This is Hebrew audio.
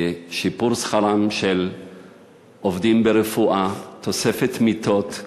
לשיפור שכרם של עובדים ברפואה, תוספת מיטות.